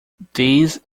these